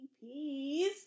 Peace